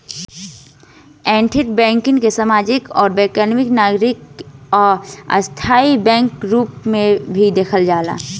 ethical banking के सामाजिक आउर वैकल्पिक नागरिक आ स्थाई बैंक के रूप में भी देखल जाला